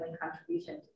contribution